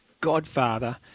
godfather